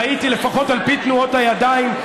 ראיתי לפחות על פי תנועות הידיים,